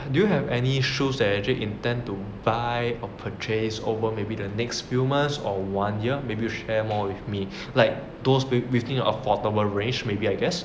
do you have any shoes that actually intend to buy or purchase over maybe the next few months or one year maybe share more with me like those within affordable range maybe I guess